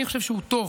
אני חושב שהוא טוב.